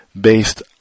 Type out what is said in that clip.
based